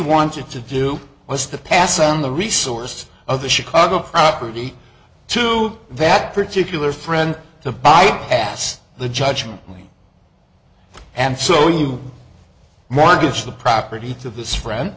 wanted to do was to pass on the resources of the chicago property to that particular friend to by pass the judgment and so you mortgage the property to this friend